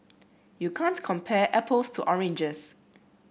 you can't compare apples to oranges